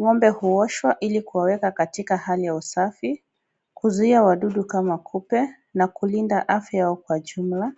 Ng'ombe huoshwa ili kuwaweka katika hali ya usafi, kuzuia wadudu kama kupe , na kulinda afya yao kwa jumla.